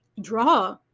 draw